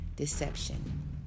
deception